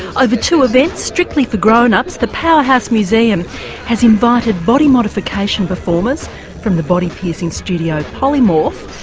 over two events strictly for grownups the powerhouse museum has invited body modification performers from the body piercing studio polymorph,